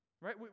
Right